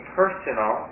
personal